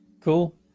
Cool